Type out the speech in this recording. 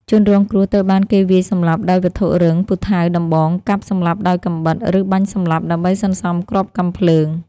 ជនរងគ្រោះត្រូវបានគេវាយសម្លាប់ដោយវត្ថុរឹង (ពូថៅ ដំបង) កាប់ សម្លាប់ដោយកាំបិត ឬបាញ់សម្លាប់ ដើម្បីសន្សំគ្រាប់កាំភ្លើង។